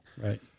right